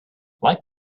like